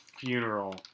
funeral